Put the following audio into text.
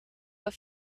but